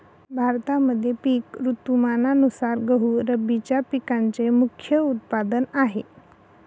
भारतामध्ये पिक ऋतुमानानुसार गहू रब्बीच्या पिकांचे मुख्य उत्पादन आहे